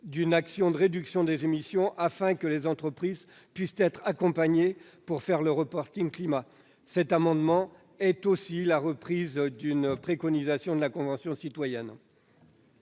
d'une action de réduction des émissions, afin que les entreprises puissent être accompagnées pour établir leur reporting climat. Cet amendement est aussi une reprise d'une préconisation de la Convention citoyenne